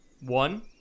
One